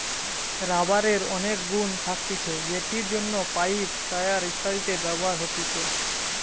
রাবারের অনেক গুন্ থাকতিছে যেটির জন্য পাইপ, টায়র ইত্যাদিতে ব্যবহার হতিছে